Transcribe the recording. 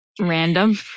Random